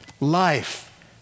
life